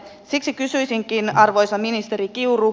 siksi kysyisinkin arvoisa ministeri kiuru